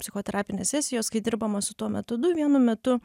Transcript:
psichoterapinės sesijos kai dirbama su tuo metodu vienu metu